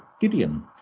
Gideon